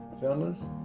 fellas